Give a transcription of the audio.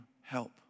help